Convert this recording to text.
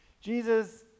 Jesus